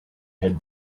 had